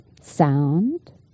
sound